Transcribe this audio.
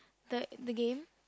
the the game